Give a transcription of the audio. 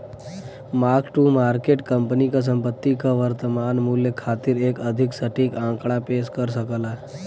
mark to market company क संपत्ति क वर्तमान मूल्य खातिर एक अधिक सटीक आंकड़ा पेश कर सकला